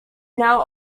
now